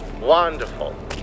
Wonderful